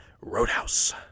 Roadhouse